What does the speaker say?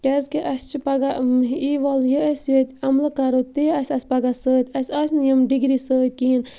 کیٛازِکہِ اَسہِ چھِ پَگاہ یی وَل یہِ أسۍ ییٚتہِ عملہٕ کَرو تہِ آسہِ اَسہِ پَگاہ سۭتۍ اَسہِ آسہِ نہٕ یِم ڈگری سۭتۍ کِہیٖنۍ